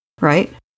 right